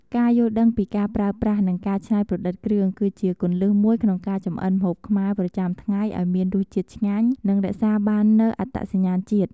ការយល់ដឹងពីការប្រើប្រាស់ និងការច្នៃប្រឌិតគ្រឿង គឺជាគន្លឹះមួយក្នុងការចម្អិនម្ហូបខ្មែរប្រចាំថ្ងៃឱ្យមានរសជាតិឆ្ងាញ់ និងរក្សាបាននូវអត្តសញ្ញាណជាតិ។